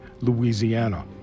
Louisiana